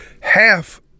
half